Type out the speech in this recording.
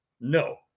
no